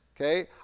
okay